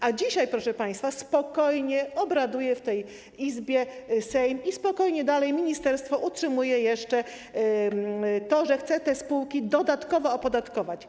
A dzisiaj, proszę państwa, spokojnie obraduje w tej Izbie Sejm i spokojnie dalej ministerstwo utrzymuje jeszcze to, że chce te spółki dodatkowo opodatkować.